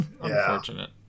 Unfortunate